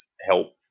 help